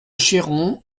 cheyron